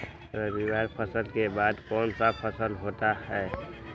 रवि फसल के बाद कौन सा फसल होता है?